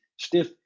stiff